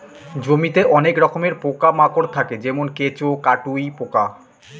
জমিতে অনেক রকমের পোকা মাকড় থাকে যেমন কেঁচো, কাটুই পোকা